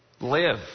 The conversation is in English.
live